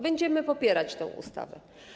Będziemy popierać tę ustawę.